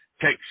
takes